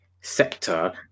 sector